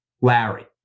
Larry